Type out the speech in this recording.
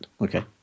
Okay